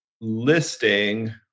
listing